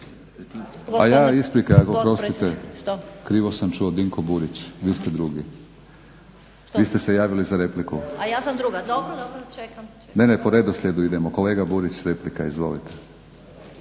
Isprika, oprostite. Krivo sam čuo. Dinko Burić. Vi ste se drugi, vi ste se javili za repliku. … /Upadica Lovrin: A ja sam druga, dobro, dobro, čekam./… Ne, ne, po redoslijedu idemo. Kolega Burić, replika. Izvolite.